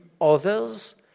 others